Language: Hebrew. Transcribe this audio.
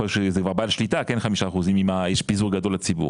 יכול להיות שזה כבר בעל שליטה אם יש פיזור גדול לציבור.